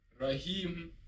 Raheem